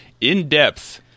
in-depth